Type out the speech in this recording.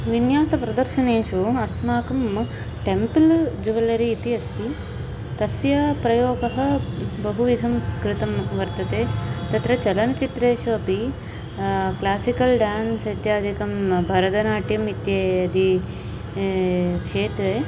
विन्यास प्रदर्शनेषु अस्माकं टेम्पल् जुवेल्लरी इति अस्ति तस्य प्रयोगः बहुविधं कृतं वर्तते तत्र चलनचित्रेषु अपि क्लासिकल् डान्स् इत्यादिकं भरदनाट्यम् इत्यादि क्षेत्रे